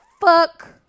fuck